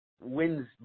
wins